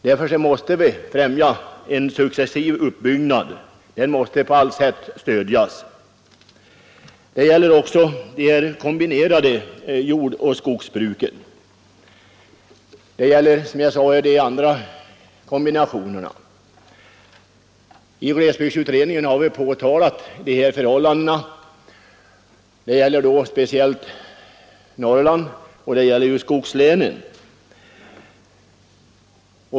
Därför måste en successiv uppbyggnad på allt sätt stödjas. Detta gäller också det kombinerade jordoch skogsbruket och de andra kombinationer jag nämnde. I glesbygdsutredningen har vi påtalat nödvändigheten av att satsa på det mindre jordbruket — det gäller då speciellt Norrland och skogslänen.